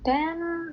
then